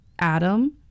Adam